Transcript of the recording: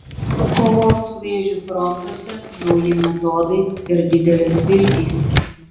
kovos su vėžiu frontuose nauji metodai ir didelės viltys